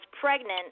pregnant